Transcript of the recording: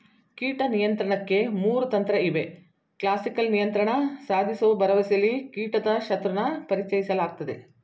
ಕೀಟ ನಿಯಂತ್ರಣಕ್ಕೆ ಮೂರು ತಂತ್ರಇವೆ ಕ್ಲಾಸಿಕಲ್ ನಿಯಂತ್ರಣ ಸಾಧಿಸೋ ಭರವಸೆಲಿ ಕೀಟದ ಶತ್ರುನ ಪರಿಚಯಿಸಲಾಗ್ತದೆ